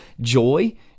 joy